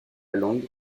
langue